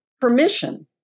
permission